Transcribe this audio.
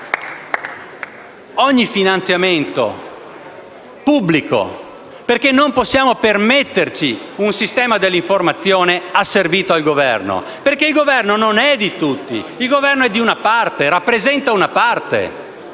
ogni finanziamento pubblico. Non possiamo permetterci un sistema dell'informazione asservito al Governo, perché il Governo è non di tutti, ma di una parte. Rappresenta una parte,